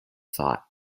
thought